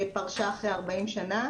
פרשה אחרי 40 שנה,